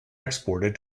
exported